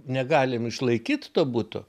negalim išlaikyt to buto